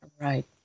right